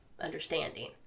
understanding